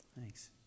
thanks